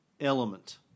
element